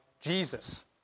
Jesus